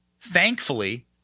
thankfully—